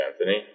Anthony